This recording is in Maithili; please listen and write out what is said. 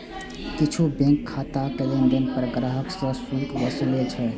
किछु बैंक खाताक लेनदेन पर ग्राहक सं शुल्क वसूलै छै